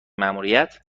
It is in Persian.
ماموریت